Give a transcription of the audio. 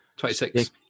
26